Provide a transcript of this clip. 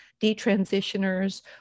detransitioners